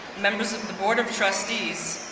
members of the board of trustees,